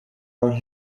are